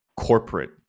corporate